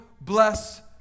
bless